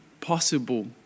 possible